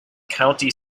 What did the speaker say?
county